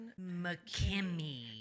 McKimmy